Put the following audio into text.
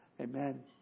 Amen